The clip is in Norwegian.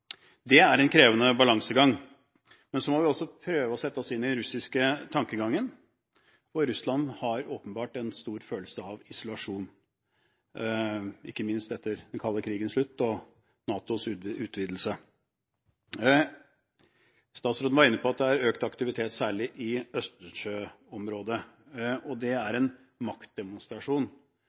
Det er en krevende balansegang. Men vi må også prøve å sette oss inn i den russiske tankegangen. Russland har åpenbart en stor følelse av isolasjon, ikke minst etter den kalde krigens slutt og NATOs utvidelse. Statsråden var inne på at det er økt aktivitet særlig i østersjøområdet. Det er en maktdemonstrasjon.